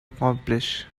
accomplish